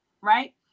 Right